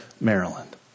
Maryland